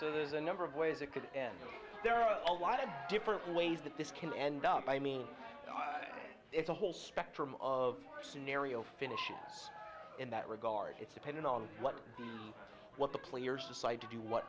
so there's a number of ways it could end there are a lot of different ways that this can end up i mean it's a whole spectrum of scenario finishes in that regard it's dependent on what the what the players decide to do what